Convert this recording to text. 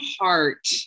heart